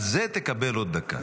על זה תקבל עוד דקה.